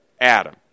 Adam